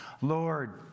Lord